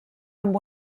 amb